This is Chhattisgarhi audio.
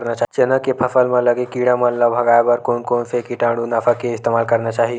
चना के फसल म लगे किड़ा मन ला भगाये बर कोन कोन से कीटानु नाशक के इस्तेमाल करना चाहि?